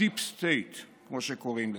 ה-Deep State, כמו שקוראים לזה.